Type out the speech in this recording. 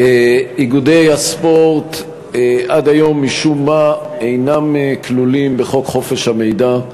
איגודי הספורט עד היום משום מה אינם כלולים בחוק חופש המידע,